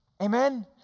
amen